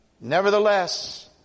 Nevertheless